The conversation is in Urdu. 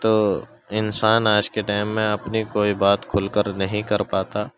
تو انسان آج کے ٹائم میں اپنی کوئی بات کھل کر نہیں کر پاتا